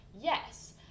yes